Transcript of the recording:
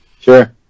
Sure